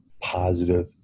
positive